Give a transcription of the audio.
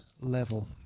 level